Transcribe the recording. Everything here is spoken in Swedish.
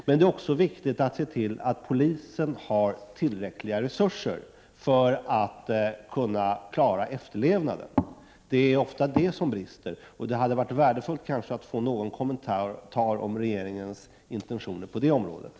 Det är också viktigt att se till att polisen har tillräckliga resurser för att kunna klara efterlevnaden av bestämmelserna. Det finns ofta brister på den punkten. Det hade varit värdefullt att få en kommentar om regeringens intentioner härvidlag.